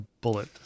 bullet